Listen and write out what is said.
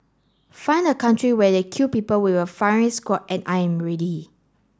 find a country where they kill people with a firing squad and I'm ready